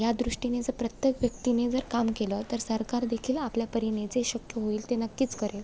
या दृष्टीने जर प्रत्येक व्यक्तीने जर काम केलं तर सरकारदेखील आपल्या परीने जे शक्य होईल ते नक्कीच करेल